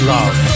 Love